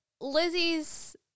Lizzie's